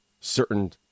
certain